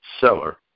seller